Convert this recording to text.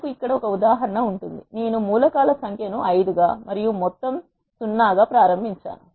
మనకు ఇక్కడ ఒక ఉదాహరణ ఉంటుంది నేను మూల కాల సంఖ్య ను 5 గా మరియు మొత్తంగా 0 గా ప్రారంభించాను